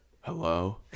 Hello